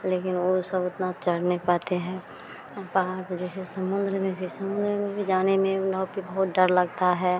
लेकिन वह सब उतना चढ़ नहीं पाते हैं हम पहाड़ पर जैसे समुद्र में भी समुद्र में भी जाने में नाव पर बहुत डर लगता है